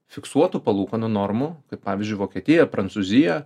fiksuotų palūkanų normų tai pavyzdžiui vokietija prancūzija